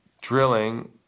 drilling